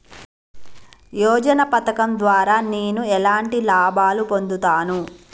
యోజన పథకం ద్వారా నేను ఎలాంటి లాభాలు పొందుతాను?